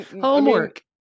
Homework